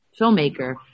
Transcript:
filmmaker